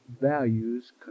values